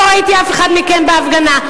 לא ראיתי אף אחד מכם בהפגנה.